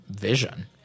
vision